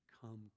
come